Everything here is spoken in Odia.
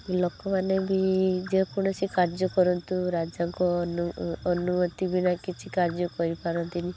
ଲୋକମାନେ ବି ଯେ କୌଣସି କାର୍ଯ୍ୟ କରନ୍ତୁ ରାଜାଙ୍କ ଅନୁମତି ବିନା କିଛି କାର୍ଯ୍ୟ କରିପାରନ୍ତିନି